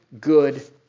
good